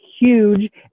huge